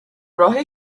راه